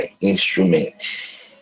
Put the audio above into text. instrument